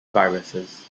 viruses